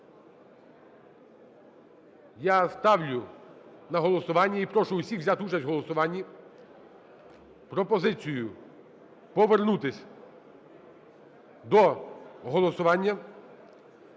Я ставлю на голосування - і прошу всіх взяти участь у голосуванні, - пропозицію повернутись до голосування